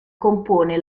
compone